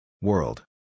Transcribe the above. World